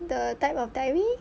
the type of dairy